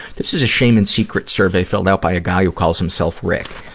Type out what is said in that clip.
this is a shame and secret survey filled out by a guy who calls himself rick.